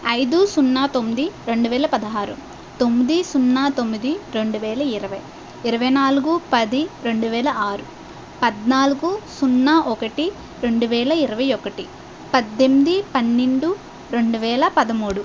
ఐదు సున్నా తొమ్మిది రెండు వేల పదహారు తొమ్మిది సున్నా తొమ్మిది రెండు వేల ఇరవై ఇరవై నాలుగు పది రెండు వేల ఆరు పద్నాలుగు సున్నా ఒకటి రెండు వేల ఇరవై ఒకటి పద్దెనిమిది పన్నెండు రెండువేల పదమూడు